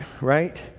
right